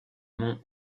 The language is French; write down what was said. monts